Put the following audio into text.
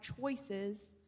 choices